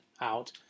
out